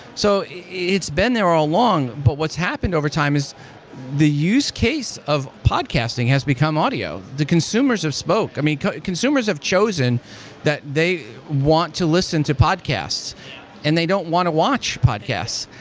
so it's been there all along, but what's happened over time is the use case of podcasting has become audio. the consumers have spoke yeah consumers have chosen that they want to listen to podcasts and they don't want to watch podcasts.